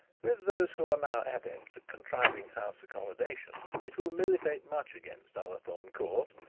with those who are now adept at contriving house accommodation, it will militate much against ullathorne court,